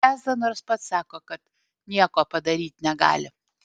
peza nors pats sako kad nichuja nieko padaryt negali